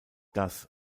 das